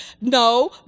No